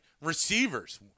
Receivers